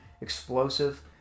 explosive